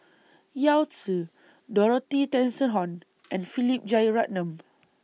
Yao Zi Dorothy Tessensohn and Philip Jeyaretnam